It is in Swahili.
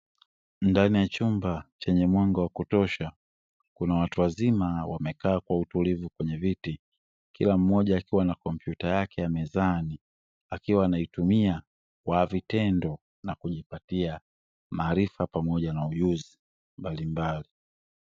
Ndani ya chumba chenye mwanga wa kutosha kuna watu wazima wamekaa kwa utulivu kwenye viti, kila mmooja akiwa na kompyuta yake ya mezani akiwa anaitumia kwa vitendo, na kjipatia maarifa pamoja na ujuzi mbalimbali.